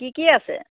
কি কি আছে